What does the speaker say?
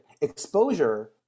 exposure